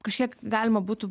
kažkiek galima būtų